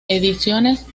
ediciones